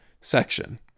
Section